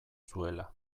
zuela